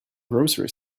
groceries